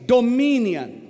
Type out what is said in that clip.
Dominion